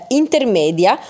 intermedia